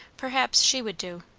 perhaps she would do.